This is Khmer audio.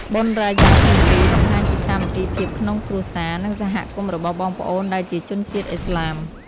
បុណ្យរ៉ាយ៉ា ហ្វីទ្រី បង្ហាញពីសាមគ្គីភាពក្នុងគ្រួសារ និងសហគមន៍របស់បងប្អូនដែលជាជនជាតិឥស្លាម។